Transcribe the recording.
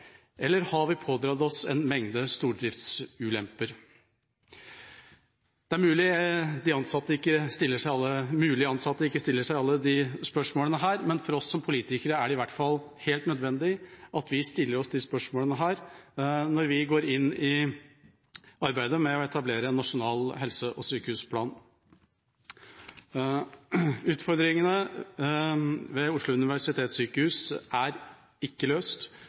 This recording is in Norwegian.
eller har vi pådratt oss en mengde stordriftsulemper? Det er mulig de ansatte ikke stiller seg alle disse spørsmålene, men for oss som politikere er det i hvert fall helt nødvendig at vi stiller oss de spørsmålene når vi går inn i arbeidet med å etablere en nasjonal helse- og sykehusplan. Utfordringene ved Oslo universitetssykehus er ikke løst,